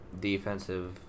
defensive